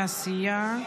תעשייה,